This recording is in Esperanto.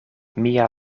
mia